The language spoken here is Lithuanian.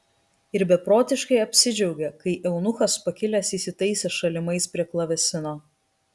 ir beprotiškai apsidžiaugė kai eunuchas pakilęs įsitaisė šalimais prie klavesino